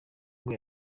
ngo